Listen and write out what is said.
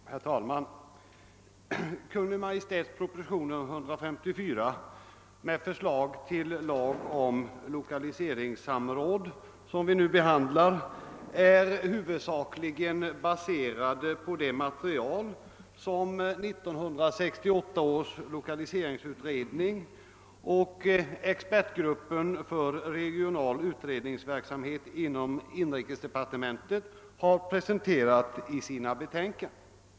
Herr talman! Kungl. Maj:ts proposition nr. 154 med förslag till lag om lokaliseringssamråd som vi. nu. behandlar är huvudsakligen baserad på det material som 1968 års lokaliseringsutredning och Expertgruppen för regional utredningsverksamhet inom inrikesdepartementet har presenterat i sina betänkanden.